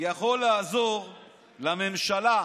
יכול לעזור לממשלה.